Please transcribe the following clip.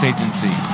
Agency